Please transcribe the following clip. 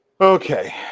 Okay